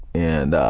and